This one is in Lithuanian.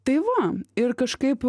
tai va ir kažkaip